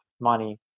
money